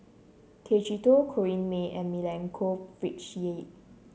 Tay Chee Toh Corrinne May and Milenko Prvacki